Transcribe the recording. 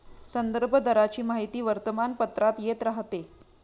संदर्भ दराची माहिती वर्तमानपत्रात येत राहते